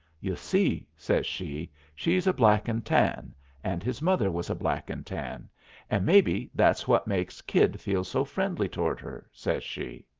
you see, says she, she's a black-and-tan, and his mother was a black-and-tan, and maybe that's what makes kid feel so friendly toward her, says she.